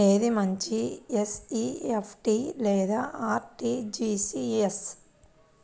ఏది మంచి ఎన్.ఈ.ఎఫ్.టీ లేదా అర్.టీ.జీ.ఎస్?